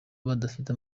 badafite